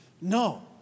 No